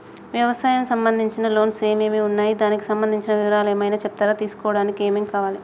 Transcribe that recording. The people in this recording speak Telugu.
వ్యవసాయం సంబంధించిన లోన్స్ ఏమేమి ఉన్నాయి దానికి సంబంధించిన వివరాలు ఏమైనా చెప్తారా తీసుకోవడానికి ఏమేం కావాలి?